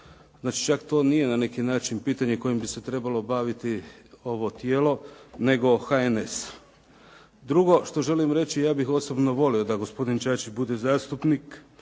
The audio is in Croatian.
Znači, čak to nije na neki način pitanje kojim bi se trebalo baviti ovo tijelo, nego HNS. Drugo što želim reći, ja bih osobno volio da gospodin Čačić bude zastupnik.